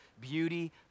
beauty